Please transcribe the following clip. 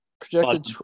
Projected